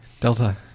Delta